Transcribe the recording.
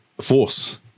Force